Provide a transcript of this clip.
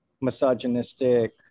misogynistic